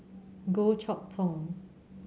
Goh Chok Tong